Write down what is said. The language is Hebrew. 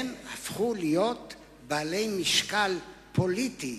והם הפכו להיות בעלי משקל פוליטי